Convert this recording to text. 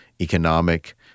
economic